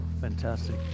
fantastic